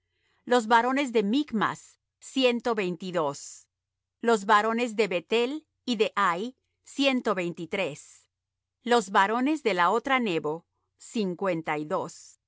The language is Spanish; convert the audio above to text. los varones de michmas ciento veintidós los varones de beth-el y de ai ciento veintitrés los varones de la otra nebo cincuenta y dos